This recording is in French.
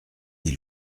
des